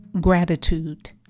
Gratitude